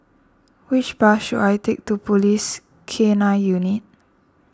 which bus should I take to Police K nine Unit